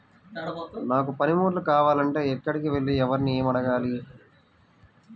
నాకు పనిముట్లు కావాలి అంటే ఎక్కడికి వెళ్లి ఎవరిని ఏమి అడగాలి?